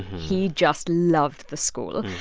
he just loved the school.